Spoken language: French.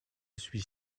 suis